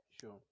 Sure